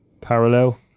parallel